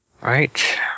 Right